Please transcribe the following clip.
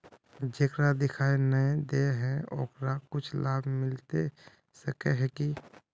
जेकरा दिखाय नय दे है ओकरा कुछ लाभ मिलबे सके है की?